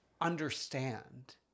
understand